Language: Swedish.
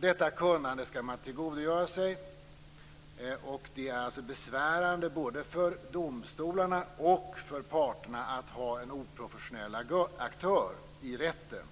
Detta kunnande skall man tillgodogöra sig. Det är besvärande både för domstolarna och för parterna att ha en oprofessionell aktör i rätten.